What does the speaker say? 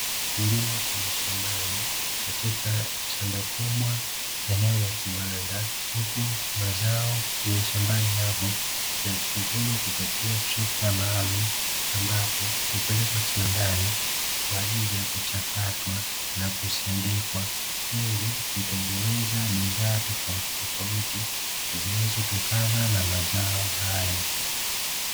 Kilimo cha mashambani, katika shamba kubwa eneo la kiwanda, huku mazao ya shambani hapo yakivunwa kupitia trekta maalumu, ambapo hupelekwa kiwandani kwa ajili ya kuchakatwa na kusindikwa, ili kutengeneza bidhaa tofauti tofauti zinazotokana na mazao hayo.